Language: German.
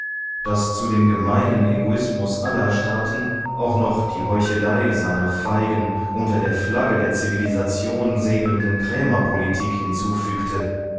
das zu dem gemeinen egoismus aller staaten auch noch die heuchelei seiner feigen unter der flagge der zivilisation segelnden krämerpolitik hinzufügte